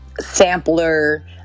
sampler